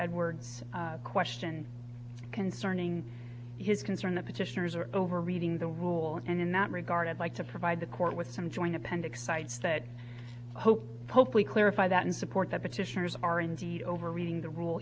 edwards question concerning his concern the petitioners are over reading the rule and in that regard i'd like to provide the court with some joint appendix sites that i hope hopefully clarify that and support that petitioners are indeed over reading the rule